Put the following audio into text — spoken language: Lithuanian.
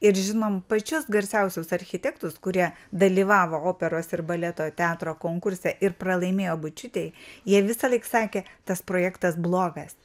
ir žinom pačius garsiausius architektus kurie dalyvavo operos ir baleto teatro konkurse ir pralaimėjo bučiūtei jie visąlaik sakė tas projektas blogas